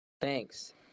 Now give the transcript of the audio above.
Thanks